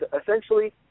essentially